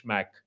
Mac